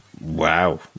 wow